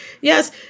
Yes